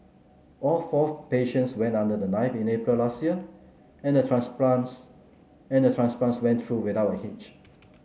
all four patients went under the knife in April last year and transplants and transplants went through without a hitch